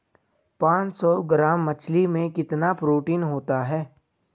पांच सौ ग्राम मछली में कितना प्रोटीन होता है?